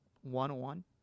one-on-one